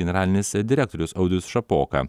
generalinis direktorius audrius šapoka